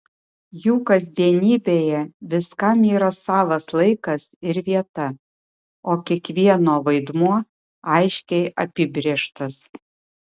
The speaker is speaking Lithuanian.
jų kasdienybėje viskam yra savas laikas ir vieta o kiekvieno vaidmuo aiškiai apibrėžtas